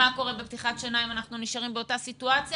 מה קורה בפתיחת שנה אם אנחנו נשארים באותה סיטואציה.